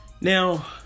Now